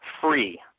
free